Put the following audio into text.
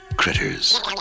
Critters